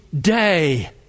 day